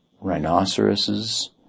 rhinoceroses